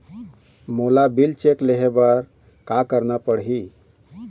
मोला bill check ले हे बर का करना पड़ही ही?